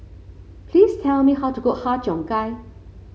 please tell me how to cook Har Cheong Gai